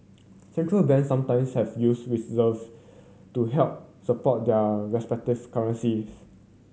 Central Banks sometimes have used to help support their respective currencies